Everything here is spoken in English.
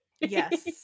yes